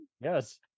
yes